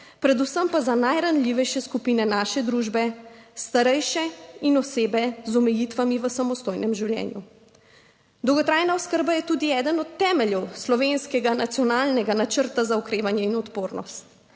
predvsem pa za najranljivejše skupine naše družbe, starejše in osebe z omejitvami v samostojnem življenju. Dolgotrajna oskrba je tudi eden od temeljev slovenskega nacionalnega načrta za okrevanje in odpornost.